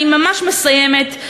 אני ממש מסיימת.